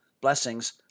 Blessings